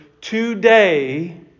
Today